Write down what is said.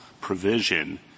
provision